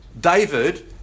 David